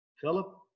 Philip